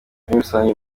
rusange